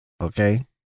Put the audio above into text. okay